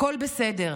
הכול בסדר.